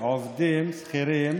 לעובדים שכירים